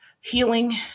healing